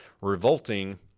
revolting